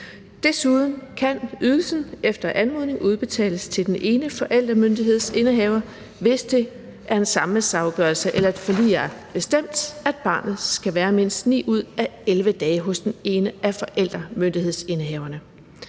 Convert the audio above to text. Desuden kan ydelsen efter anmodning udbetales til den ene forældremyndighedsindehaver, hvis det ved en samværsafgørelse eller et forlig er bestemt, at barnet skal være mindst 9 ud af 11 dage hos den ene af forældremyndighedsindehaverne.